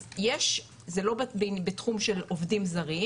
אז יש, זה לא בתחום של עובדים זרים,